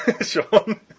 Sean